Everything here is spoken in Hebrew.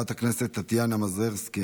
חברת הכנסת טטיאנה מזרסקי,